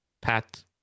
Pat